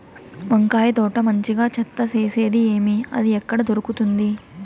వంకాయ తోట మంచిగా చెత్త తీసేది ఏది? అది ఎక్కడ దొరుకుతుంది?